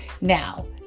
Now